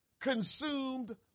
consumed